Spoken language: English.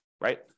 Right